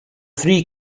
three